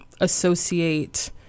associate